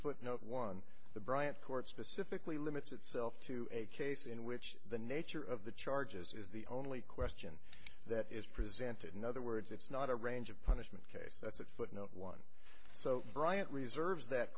footnote one the bryant court specifically limits itself to a case in which the nature of the charges is the only question that is presented in other words it's not a range of punishment cases that's a footnote one so bryant reserves that